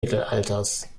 mittelalters